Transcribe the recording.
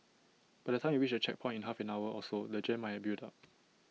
by the time you reach the checkpoint in half an hour or so the jam might have built up